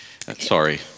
Sorry